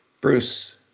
bruce